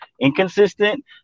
Inconsistent